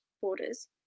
borders